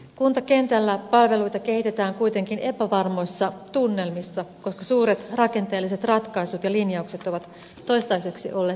kuntakentällä palveluita kehitetään kuitenkin epävarmoissa tunnelmissa koska suuret rakenteelliset ratkaisut ja linjaukset ovat toistaiseksi olleet tekemättä